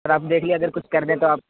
سر آپ دیکھ لیں اگر کچھ کر دیں تو آپ